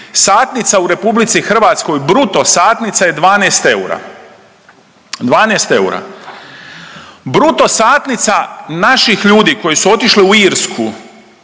satnica u RH bruto satnica je 12 eura, 12 eura. Bruto satnica našim ljudi koji su otišli u Irsku,